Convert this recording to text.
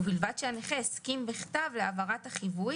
ובלבד שהנכה הסכים בכתב להעברת החיווי